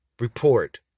report